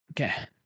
Okay